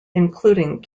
including